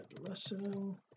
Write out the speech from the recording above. lesson